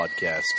podcast